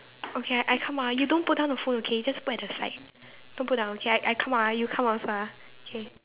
okay I come out you don't put down the phone okay just put at the side don't put down okay I I come out ah you come out also ah K